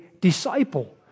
disciple